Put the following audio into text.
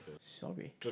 Sorry